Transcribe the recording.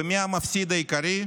ומי המפסיד העיקרי?